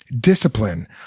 discipline